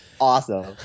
Awesome